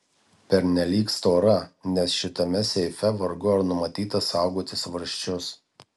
pernelyg stora nes šitame seife vargu ar numatyta saugoti svarsčius